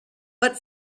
but